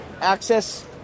Access